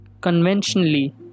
conventionally